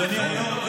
לאף אחד הם לא עונים.